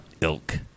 Ilk